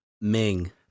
Ming